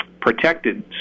protected